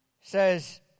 says